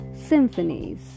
symphonies